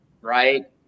right